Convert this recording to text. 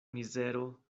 mizero